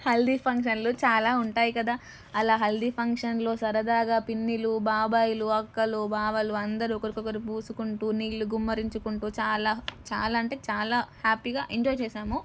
హల్దీ ఫంక్షన్లు చాలా ఉంటాయి కదా అలా హల్దీ ఫంక్షన్లో సరదాగా పిన్నిలు బాబాయిలు అక్కలు బావలు అందరు ఒకరికొకరు పూసుకుంటూ నీళ్ళు గుమ్మరించుకుంటూ చాలా చాలా అంటే చాలా హ్యాపీగా ఎంజాయ్ చేసాము